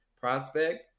prospect